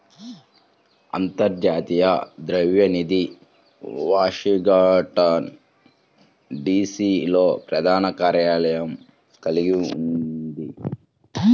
అంతర్జాతీయ ద్రవ్య నిధి వాషింగ్టన్, డి.సి.లో ప్రధాన కార్యాలయం కలిగి ఉంది